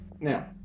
Now